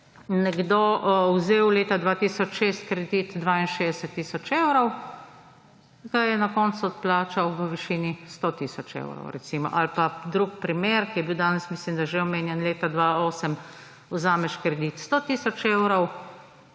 nekdo vzel leta 2006 kredit 62 tisoč evrov, ga je na koncu odplačal v višini 100 tisoč evrov. Ali pa drugi primer, ki je bil danes, mislim da, že omenjen. Leta 2008 vzameš kredit 100 tisoč evrov